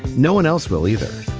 no one else will either